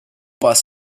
bus